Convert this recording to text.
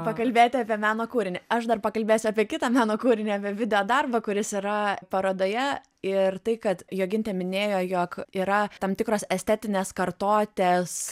pakalbėti apie meno kūrinį aš dar pakalbėsiu apie kitą meno kūrinį videodarbą kuris yra parodoje ir tai kad jogintė minėjo jog yra tam tikros estetinės kartotės